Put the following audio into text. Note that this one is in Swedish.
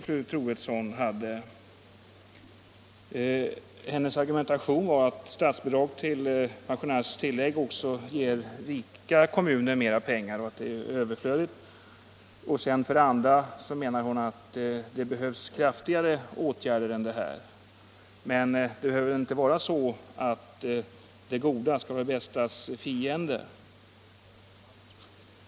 Fru Troedssons argumentation gick ju ut på att statsbidrag till pensionstillägg också ger de rika kommunerna mer pengar, vilket är överflödigt. Hon menade vidare att det behövs kraftigare åtgärder. Men det bästa behöver ju inte vara det godas fiende.